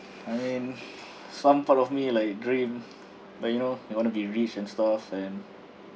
I am some part of me like dream like you know you want to be rich and stuff and